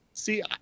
See